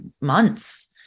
months